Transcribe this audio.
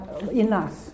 enough